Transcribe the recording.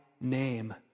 name